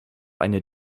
eine